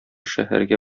шәһәргә